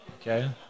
Okay